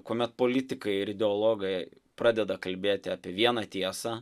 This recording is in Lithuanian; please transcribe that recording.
kuomet politikai ir ideologai pradeda kalbėti apie vieną tiesą